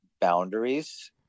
boundaries